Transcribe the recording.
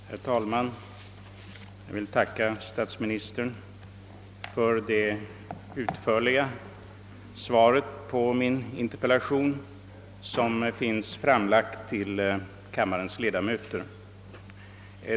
Herr talman! Jag vill tacka statsministern för det utförliga svaret på min interpellation, vilket har delats ut till kammarens ledamöter.